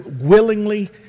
willingly